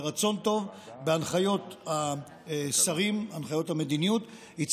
ברצון טוב ובהנחיות המדיניות של השרים,